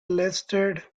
listed